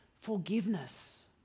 forgiveness